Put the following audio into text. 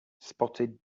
spotted